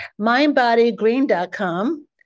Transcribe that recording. mindbodygreen.com